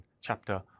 chapter